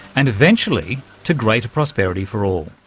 and eventually to greater prosperity for all.